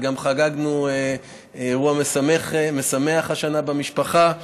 וגם חגגנו אירוע משמח השנה במשפחה,